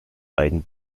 beiden